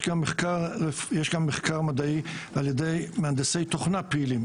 יש גם מחקר מדעי ע"י מהנדסי תוכנה פעילים,